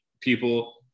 people